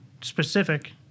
specific